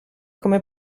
come